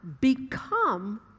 become